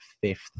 fifth